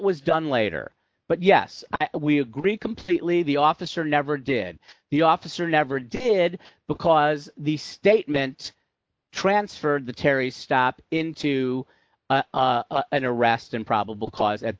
was done later but yes we agree completely the officer never did the officer never did because the statement transferred the terry stop into an arrest and probable cause at